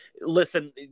listen